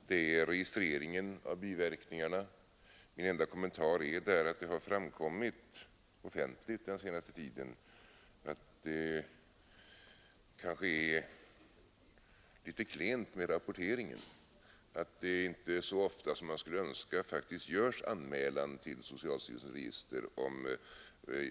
Vad beträffar registreringen av biverkningarna är min enda kommentar att det har framkommit offentligt den senaste tiden att det kanske är litet klent med rapporteringen, att det inte så ofta som man skulle önska faktiskt görs anmälan till socialstyrelsens register om